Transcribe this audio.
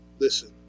listen